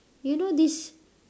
you know this